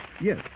Yes